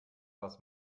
was